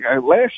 Last